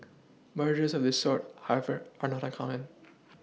mergers of this sort however are not uncommon